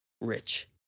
rich